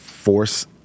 Force